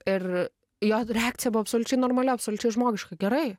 ir jo reakcija buvo absoliučiai normali absoliučiai žmogiška gerai